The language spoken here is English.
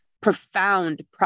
profound